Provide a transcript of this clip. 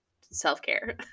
self-care